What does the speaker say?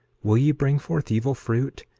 will ye bring forth evil fruit,